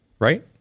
right